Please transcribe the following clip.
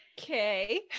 Okay